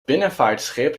binnenvaartschip